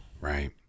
Right